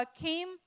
came